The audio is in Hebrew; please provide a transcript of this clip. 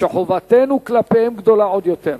וחובתנו כלפיהם גדולה עוד יותר.